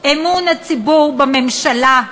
אמון הציבור בממשלה,